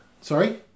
Sorry